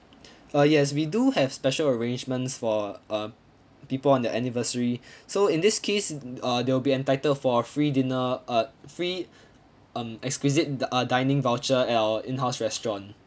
uh yes we do have special arrangements for um people on the anniversary so in this case uh they'll be entitled for a free dinner uh free um exquisite di~ uh dining voucher in our in-house restaurant